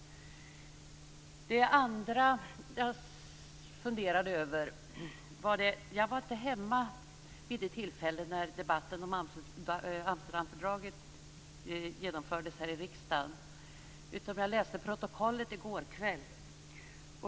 Jag funderade också över en annan sak. Jag var inte hemma vid det tillfälle då debatten om Amsterdamfördraget genomfördes här i riksdagen. Jag läste protokollet i går kväll.